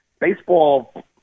baseball